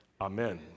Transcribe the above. Amen